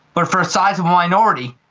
but for a sizeable minority,